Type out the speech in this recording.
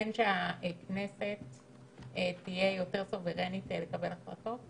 שהכנסת תהיה יותר --- לקבל החלטות?